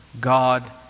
God